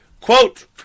Quote